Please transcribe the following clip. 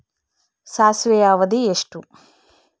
ಸಾಸಿವೆಯ ಅವಧಿ ಎಷ್ಟು?